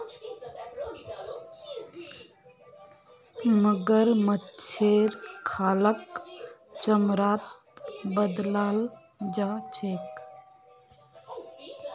मगरमच्छेर खालक चमड़ात बदलाल जा छेक